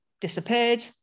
disappeared